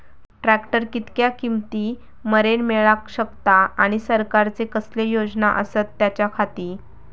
Tractor कितक्या किमती मरेन मेळाक शकता आनी सरकारचे कसले योजना आसत त्याच्याखाती?